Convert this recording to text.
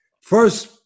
First